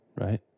right